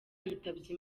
yitabye